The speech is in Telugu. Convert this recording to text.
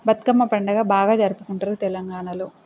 బతుకమ్మ పండుగ బాగా జరుపుకుంటారు తెలంగాణలో